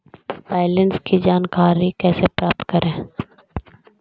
Balance की जानकारी कैसे प्राप्त करे?